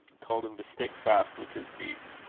told him to stick fast with his knees,